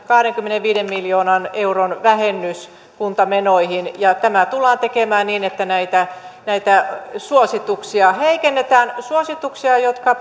kahdenkymmenenviiden miljoonan euron vähennys kuntamenoihin ja tämä tullaan tekemään niin että näitä näitä suosituksia heikennetään suosituksia jotka